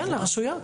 לרשויות.